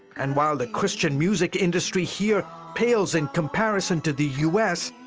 and while the christian music industry here pales in comparison to the u s,